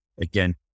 again